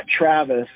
Travis